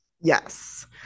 Yes